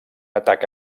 atac